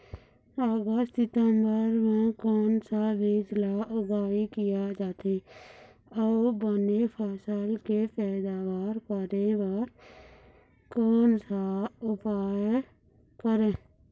अगस्त सितंबर म कोन सा बीज ला उगाई किया जाथे, अऊ बने फसल के पैदावर करें बर कोन सा उपाय करें?